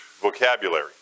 vocabulary